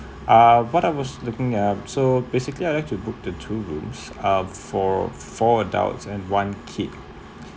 uh what I was looking at so basically I like to book the two rooms um for four adults and one kid